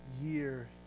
year